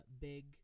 big